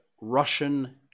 Russian